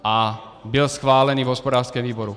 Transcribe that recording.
A byl schválen i v hospodářském výboru.